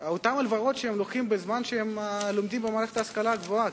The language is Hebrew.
את אותן הלוואות שהם לוקחים בזמן שהם לומדים במערכת ההשכלה הגבוהה,